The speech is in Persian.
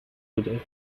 بوده